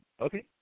okay